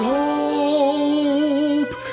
hope